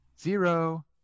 zero